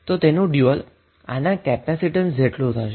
તો તેનું dual capacitance થશે